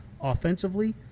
Offensively